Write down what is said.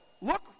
look